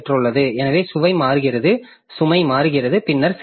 எனவே சுமை மாறுகிறது பின்னர் சிரமம் இருக்கும்